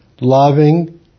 loving